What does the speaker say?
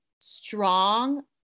strong